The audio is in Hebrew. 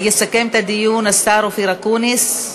יסכם את הדיון השר אופיר אקוניס,